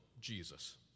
Jesus